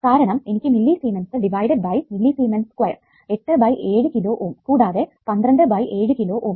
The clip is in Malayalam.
കാരണം എനിക്ക് millisiemens divided by millisiemens square 8 by 7 kilo ohm കൂടാതെ 12 ബൈ 7 കിലോ ഓം